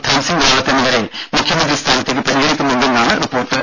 ധൻസിങ്ങ് റാവത്ത് എന്നിവരെ മുഖ്യമന്ത്രി സ്ഥാനത്തേക്ക് പരിഗണിക്കുന്നുണ്ടെന്നാണ് റിപ്പോർട്ട്